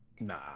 Nah